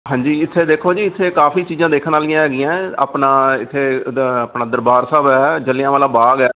ਹਾਂਜੀ ਇੱਥੇ ਦੇਖੋ ਜੀ ਇੱਥੇ ਕਾਫ਼ੀ ਚੀਜ਼ਾਂ ਦੇਖਣ ਵਾਲੀਆਂ ਹੈਗੀਆਂ ਆਪਣਾ ਇੱਥੇ ਦ ਆਪਣਾ ਦਰਬਾਰ ਸਾਹਿਬ ਹੈ ਜਲਿਆਂਵਾਲਾ ਬਾਗ ਹੈ